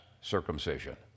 circumcision